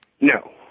No